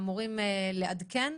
אמורים לעדכן,